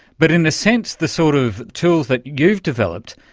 but in a sense the sort of tools that you've developed,